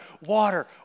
water